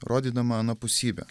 rodydama anapusybę